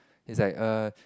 he's like err